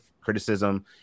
criticism